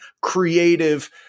creative